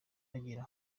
begera